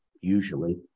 usually